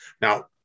Now